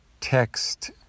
text